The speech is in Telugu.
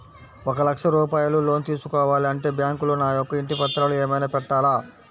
ఒక లక్ష రూపాయలు లోన్ తీసుకోవాలి అంటే బ్యాంకులో నా యొక్క ఇంటి పత్రాలు ఏమైనా పెట్టాలా?